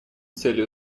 целью